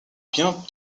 bientôt